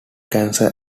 cancer